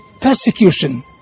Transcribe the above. persecution